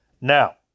Now